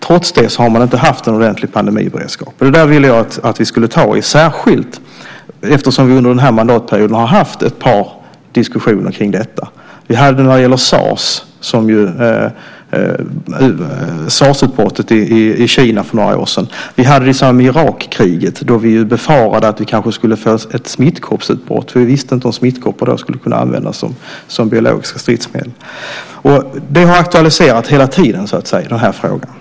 Trots det har man inte haft en ordentlig pandemiberedskap. Det ville jag att vi skulle ta tag i, särskilt eftersom vi under den här mandatperioden har haft ett par diskussioner om detta. Vi hade det när det gällde sarsutbrottet i Kina för några år sedan. Vi hade det i samband med Irakkriget då vi befarade att vi kanske skulle få ett smittkoppsutbrott eftersom vi inte visste om smittkoppor då skulle kunna användas som biologiskt stridsmedel. Den här frågan har aktualiserats hela tiden.